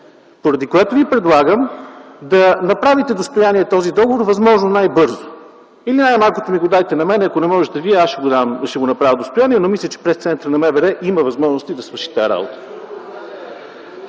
Поради това ви предлагам да направите достояние този договор възможно най-бързо или най-малкото ми го дайте на мен, ако не можете Вие, аз ще го направя достояние, но мисля, че Пресцентърът на МВР има възможности да свърши тази работа.